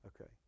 Okay